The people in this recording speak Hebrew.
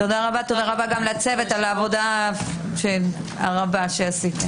תודה רבה, גם לצוות על העבודה הרבה שעשיתם.